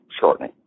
shortening